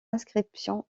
inscription